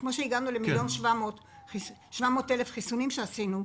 כמו שהגענו ל-1,700,000 חיסונים שעשינו.